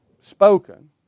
spoken